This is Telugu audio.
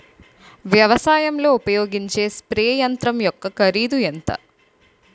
వ్యవసాయం లో ఉపయోగించే స్ప్రే యంత్రం యెక్క కరిదు ఎంత?